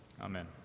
Amen